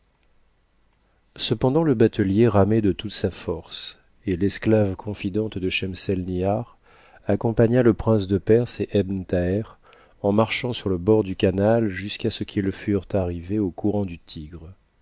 cependant le batelier ramait de toute sa force et l'esclave confidente de schemselnihar accompagna le prince de perse et ebn thaher en marchant sur le bord du canal jusqu'à ce qu'ils furent arrivés au courant du tigre